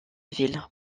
ville